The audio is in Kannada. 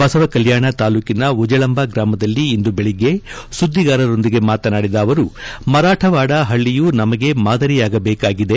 ಬಸವ ಕಲ್ಕಾಣ ತಾಲೂಕಿನ ಉಜಳಂಬ ಗ್ರಾಮದಲ್ಲಿ ಇಂದು ಬೆಳಿಗ್ಗೆ ಸುದ್ದಿಗಾರರೊಂದಿಗೆ ಮಾತನಾಡಿದ ಅವರುಮರಾಠವಾಡ ಪಳ್ಳಿಯು ನಮಗೆ ಮಾದರಿಯಾಗಬೇಕಾಗಿದೆ